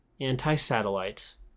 Anti-Satellites